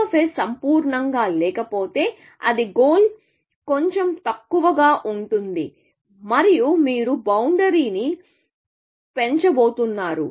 h సంపూర్ణంగా లేకపోతే అది గోల్ కొంచెం తక్కువగా ఉంటుంది మరియు మీరు బౌండరీ ని పెంచబోతున్నారు